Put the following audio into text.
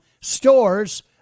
stores